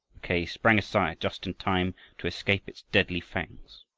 mackay sprang aside just in time to escape its deadly fangs.